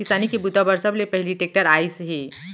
किसानी के बूता बर सबले पहिली टेक्टर आइस हे